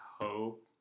hope